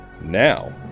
Now